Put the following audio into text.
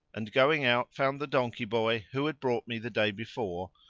and going out found the donkey boy, who had brought me the day before,